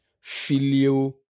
filio